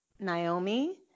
Naomi